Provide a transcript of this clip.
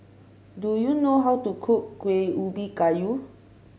do you know how to cook Kuih Ubi Kayu